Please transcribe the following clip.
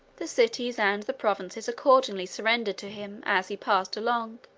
the cities and the provinces accordingly surrendered to him as he passed along,